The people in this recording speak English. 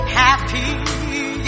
happy